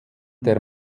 der